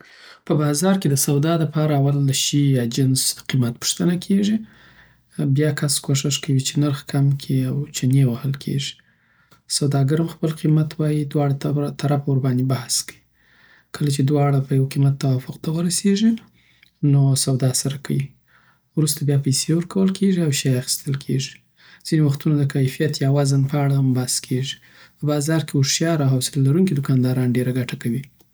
په بازار کې د سودا د پاره اول د شی یاجنس د قیمت پوښتنه کېږي. بیا کس کوښښ کوي چې نرخ کم کړي او چنی وهل کیږی سوداګر هم خپل قیمت وایي او دواړه طرفه ورباندی بحث کوی کله چې دواړه په یوه قیمت توفق ته ورسیږی نو سودا سره کوی وروسته بیا پیسې ورکول کېږي او شی اخیستل کېږي. ځینې وختونه د کیفیت یا وزن په اړه هم بحث کېږي. په بازار کې هوښیار او حوصله لرونکی دوکانداران ډیره ګټه کوی